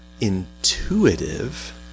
intuitive